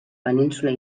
península